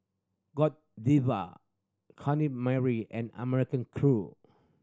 Godiva Mary and American Crew